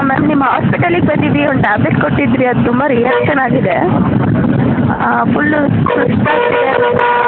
ma'am ನಿಮ್ಮ ಹಾಸ್ಪೆಟಲಿಗೆ ಬಂದಿದ್ವಿ ಒಂದು ಟ್ಯಾಬ್ಲೆಟ್ ಕೊಟ್ಟಿದ್ರಿ ಅದು ತುಂಬ ರಿಯಾಕ್ಷನ್ ಆಗಿದೆ ಫುಲ್ಲು ಸುಸ್ತು ಆಗ್ತಿದೆ